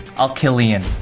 i'll kill ian.